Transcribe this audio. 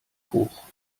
hoch